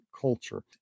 culture